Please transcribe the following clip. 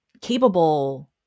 capable